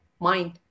mind